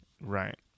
Right